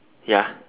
ya